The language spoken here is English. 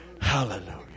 Hallelujah